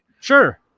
Sure